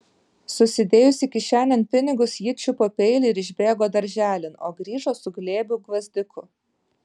susidėjusi kišenėn pinigus ji čiupo peilį ir išbėgo darželin o grįžo su glėbiu gvazdikų